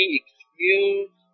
excuse